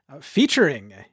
Featuring